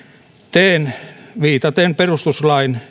teen viitaten perustuslain